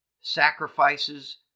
sacrifices